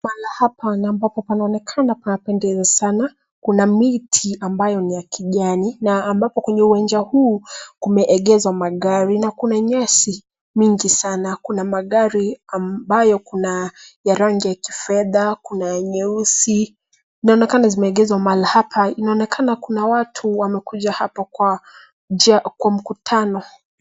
Mahali hapa panaonekana panapendeza sana. Kuna miti ambayo ni ya kijani na ambapo kwenye uwanja huu kumeegezwa magari, na kuna nyasi nyingi sana kuna magari ambayo kuna ya rangi ya kifedha, kuna nyeusi inaona kama zimeekezwa mahali hapa. Inaonekana kuna watu wamekuja hapo kwa mkutano.